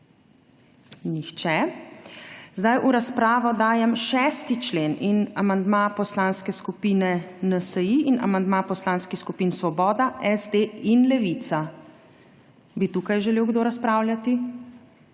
Nihče. Zdaj v razpravo dajem 6. člen in amandma Poslanske skupine NSi in amandma Poslanskih skupin Svoboda, SD in Levica. Bi tukaj želel kdo razpravljati?